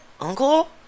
uncle